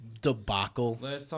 debacle